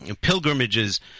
pilgrimages